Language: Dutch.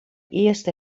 eerste